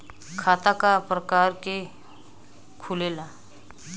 खाता क प्रकार के खुलेला?